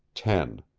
ten.